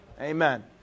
Amen